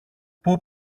πού